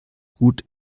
gut